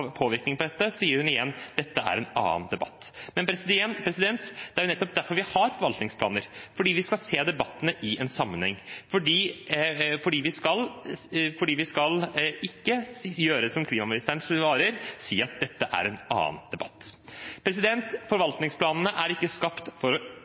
påvirkning på dette, sier hun igjen: «Dette er en annen debatt.» Men det er jo nettopp derfor vi har forvaltningsplaner – fordi vi skal se debattene i en sammenheng, fordi vi ikke skal gjøre som klimaministeren og si at dette er en annen debatt. Forvaltningsplanene er ikke skapt for å